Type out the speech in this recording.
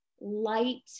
light